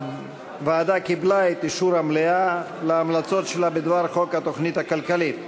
הוועדה קיבלה את אישור המליאה להמלצות שלה בדבר חוק התוכנית הכלכלית.